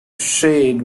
shade